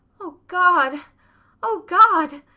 oh god oh god!